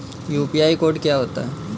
UPI code क्या होता है?